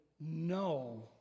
no